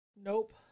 Nope